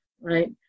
right